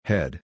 Head